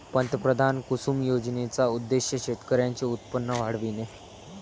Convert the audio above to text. पंतप्रधान कुसुम योजनेचा उद्देश शेतकऱ्यांचे उत्पन्न वाढविणे